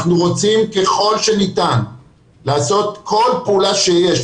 אנחנו רוצים ככל שניתן לעשות כל פעולה שיש,